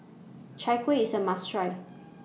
Chai Kueh IS A must Try